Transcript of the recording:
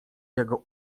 jego